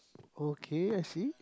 okay I see